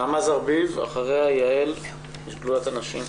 נעמה זרביב, אחריה יעל משדולת הנשים.